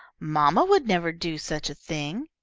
mamma would never do such a thing.